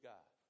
God